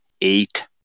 eight